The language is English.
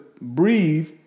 breathe